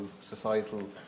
societal